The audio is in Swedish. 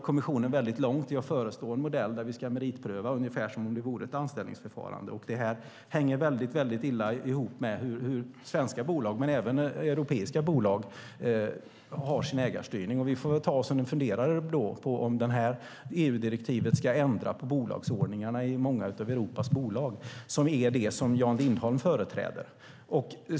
Kommissionen går väldigt långt i att föreslå en modell där vi ska meritpröva ungefär som om det vore ett anställningsförfarande. Det hänger väldigt illa ihop med hur svenska bolag men även europeiska bolag har sin ägarstyrning. Vi får väl ta oss en funderare på om det här EU-direktivet ska ändra på bolagsordningarna i många av Europas bolag, vilket är det Jan Lindholm företräder.